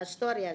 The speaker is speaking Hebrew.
זה בהיסטוריה,